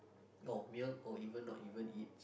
no meal or even not even eat